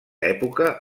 època